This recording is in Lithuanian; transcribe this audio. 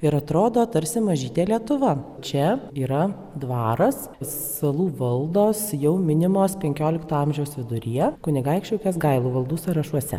ir atrodo tarsi mažytė lietuva čia yra dvaras salų valdos jau minimos penkiolikto amžiaus viduryje kunigaikščių kęsgailų valdų sąrašuose